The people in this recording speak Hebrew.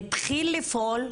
התחיל לפעול?